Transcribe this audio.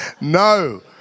No